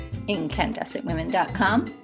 incandescentwomen.com